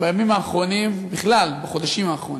בימים האחרונים, בכלל, בחודשים האחרונים,